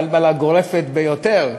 בלבלה גורפת ביותר,